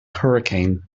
hurricane